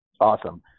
Awesome